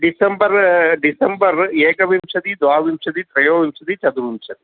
December December एकविंशतिः द्वाविंशतिः त्रयोविंशतिः चर्तुविंशतिः